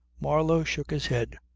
marlow shook his head.